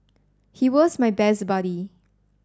he was my best buddy